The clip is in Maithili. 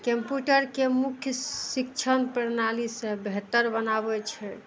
कम्प्यूटरके मुख्य शिक्षण प्रणालीसँ बेहतर बनाबय छै